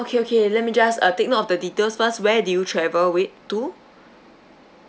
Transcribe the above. okay okay let me just uh take note of the details first where do you travel with to